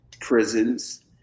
prisons